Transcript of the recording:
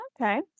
Okay